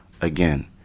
Again